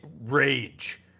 rage